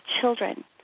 children